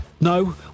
No